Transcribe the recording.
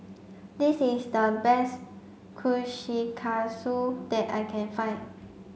this is the best Kushikatsu that I can find